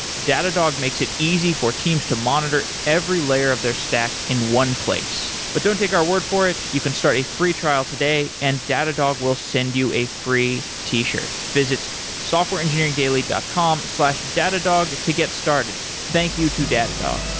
datadog makes it easy for teams to monitor every layer of their stack in one place, but don't take our word for it. you can start a free trial today and datadog will send you a free t-shirt. visit softwareengineeringdaily dot com slash data dog to get started. thank you to datadog.